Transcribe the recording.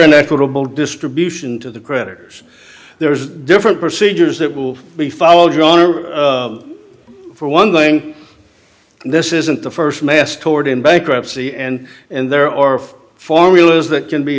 and equitable distribution to the creditors there's different procedures that will be followed your honor for one thing this isn't the first mass toward in bankruptcy and and there are formulas that can be